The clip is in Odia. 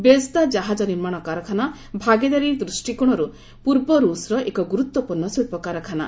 ବେଜ୍ଦା ଜାହାଜ ନିର୍ମାଣ କାରଖାନା ଭାଗିଦାରୀ ଦୂଷ୍ଟିକୋଶରୁ ପୂର୍ବ ରୁଷ୍ର ଏକ ଗୁରୁତ୍ୱପୂର୍ଣ୍ଣ ଶିଳ୍ପ କାରଖାନା